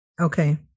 Okay